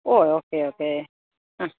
ഓ okay okay ആ